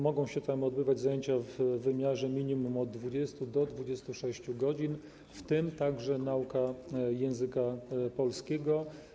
Mogą się w nim odbywać zajęcia w wymiarze minimum od 20 do 26 godzin, w tym także nauka języka polskiego.